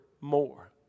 more